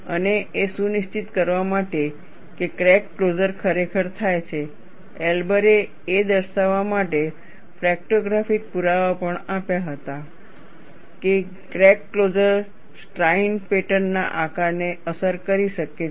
અને એ સુનિશ્ચિત કરવા માટે કે ક્રેક ક્લોઝર ખરેખર થાય છે એલ્બરે એ દર્શાવવા માટે ફ્રેક્ટોગ્રાફિક પુરાવા પણ આપ્યા હતા કે ક્રેક ક્લોઝર સ્ટ્રાઇશન પેટર્નના આકારને અસર કરી શકે છે